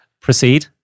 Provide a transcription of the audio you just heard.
proceed